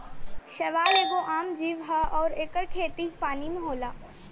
शैवाल एगो आम जीव ह अउर एकर खेती पानी में होला